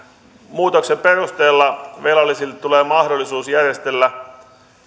muutoksen perusteella velallisille tulee mahdollisuus järjestellä